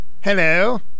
hello